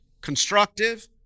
constructive